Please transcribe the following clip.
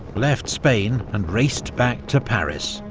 left spain and raced back to paris,